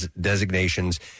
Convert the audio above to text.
designations